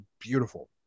beautiful